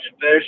fish